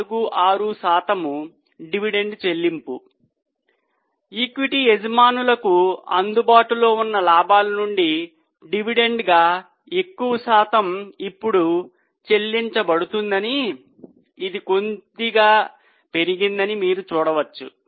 46 శాతం డివిడెండ్ చెల్లింపు ఈక్విటీ యజమానులకు అందుబాటులో ఉన్న లాభాల నుండి డివిడెండ్గా ఎక్కువ శాతం ఇప్పుడు చెల్లించబడుతుందని ఇది కొద్దిగా పెరిగిందని మీరు చూడవచ్చు